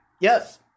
yes